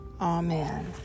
Amen